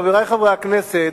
חברי חברי הכנסת,